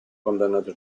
condannato